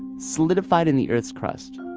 solidified in the earth's crust,